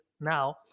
now